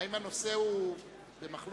האם הנושא במחלוקת?